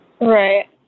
Right